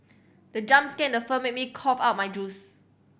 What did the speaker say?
the jump scare in the film made me cough out my juice